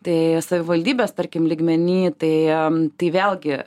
tai savivaldybės tarkim lygmeny tai tai vėlgi